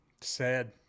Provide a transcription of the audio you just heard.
Sad